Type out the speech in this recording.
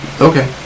Okay